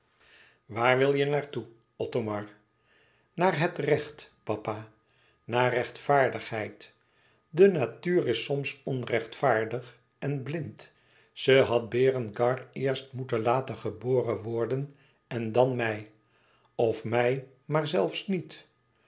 waar wil je naar toe othomar naar het recht papa naar rechtvaardigheid de natuur is soms onrechtvaardig en blind ze had berengar eerst moeten laten geboren worden en dan mij of mij maar zelfs niet